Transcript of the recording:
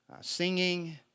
singing